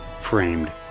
framed